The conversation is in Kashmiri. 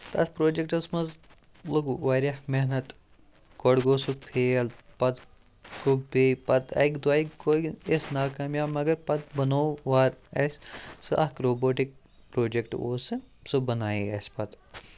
تَتھ پروجَکٹَس مَنٛز لوٚگ واریاہ محنت گۄڈٕ گوٚو سُہ فیل پَتہٕ گوٚو بیٚیہِ پَتہٕ اَکہِ دۄیہِ گٔے أسۍ ناکامیاب مگر پَتہٕ بَنو وۄں اَسہِ سُہ اَکھ روبوٹِک پروجَکٹ اوس سُہ سُہ بناے اَسہِ پَتہٕ